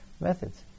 methods